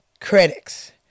critics